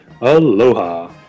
Aloha